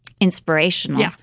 inspirational